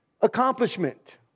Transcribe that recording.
accomplishment